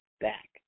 back